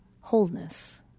wholeness